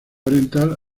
oriental